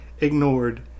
ignored